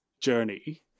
journey